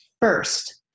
first